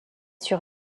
sur